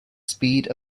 speed